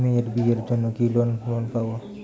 মেয়ের বিয়ের জন্য কি কোন লোন পাব?